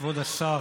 כבוד השר,